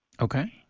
Okay